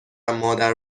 مادر